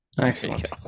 Excellent